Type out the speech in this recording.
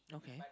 okay